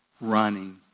running